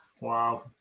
Wow